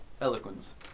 Eloquence